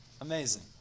Amazing